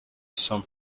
some